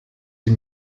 sie